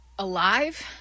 Alive